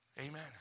Amen